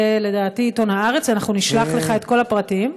לדעתי בעיתון הארץ, אנחנו נשלח לך את כל הפרטים.